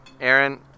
Aaron